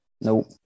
Nope